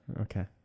Okay